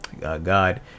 God